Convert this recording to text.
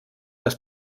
das